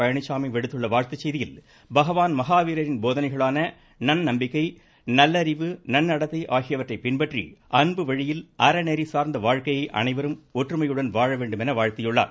பழனிச்சாமி விடுத்துள்ள வாழ்த்துச் செய்தியில் பகவான் மஹாவீரரின் போதனைகளான நன்னம்பிக்கை நல்லறிவு நன்னடத்தை ஆகியவற்றை பின்பற்றி அன்பு வழியில் அறநெறி சாா்ந்த வாழ்க்கையை அனைவரும் ஒற்றுமையுடன் வாழ வேண்டும் என வாழ்த்தியுள்ளார்